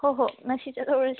ꯍꯣꯏ ꯍꯣꯏ ꯉꯁꯤ ꯆꯠꯍꯧꯔꯁꯤ